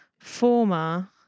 former